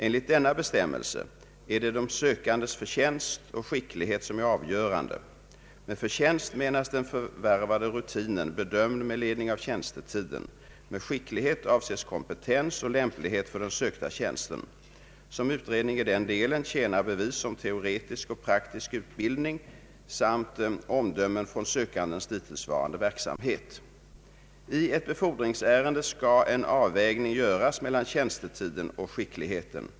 Enligt denna bestämmelse är det de sökandes förtjänst och skicklighet som är avgörande. Med förtjänst menas den förvärvade rutinen bedömd med ledning av tjänstetiden. Med skicklighet avses kompetens och lämplighet för den sökta tjänsten. Som utredning i den delen tjänar bevis om teoretisk och praktisk utbildning samt omdömen från sökandens dittillsvarande verksamhet. I ett befordringsärende skall en avvägning göras mellan tjänstetiden och skickligheten.